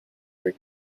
were